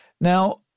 Now